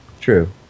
true